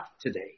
today